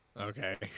okay